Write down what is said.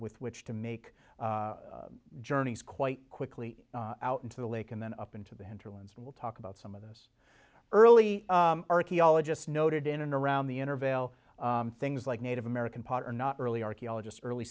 with which to make journeys quite quickly out into the lake and then up into the hinterlands will talk about some of those early archaeologists noted in and around the intervale things like native american potter not early archeologists early